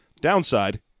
Downside